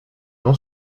non